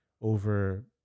Over